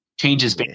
Changes